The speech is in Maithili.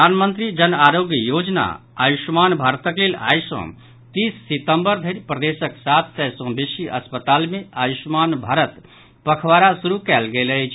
प्रधानमंत्री जन आरोग्य योजना आयुष्मान भारतक लेल आइ सॅ तीस सितंबर धरि प्रदेशक सात सय सॅ बेसी अस्पताल मे आयुष्मान भारत पखवाड़ा शुरू कयल गेल अछि